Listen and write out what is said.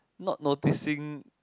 not noticing